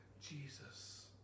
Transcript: Jesus